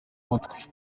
mutwe